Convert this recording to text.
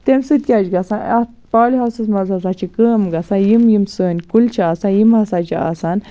تَمہِ سۭتۍ کیاہ چھُ گَژھان اَتھ پالہِ ہاوسس منٛز ہسا چھِ اَتھ کٲم گژھان یِم یِم سٲنۍ کُلۍ چھِ آسان یِم ہسا چھِ آسان